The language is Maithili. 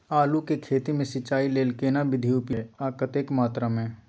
आलू के खेती मे सिंचाई लेल केना विधी उपयुक्त अछि आ कतेक मात्रा मे?